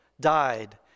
died